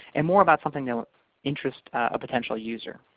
and more about something that will interest a potential user?